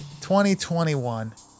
2021